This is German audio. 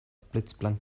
blitzblank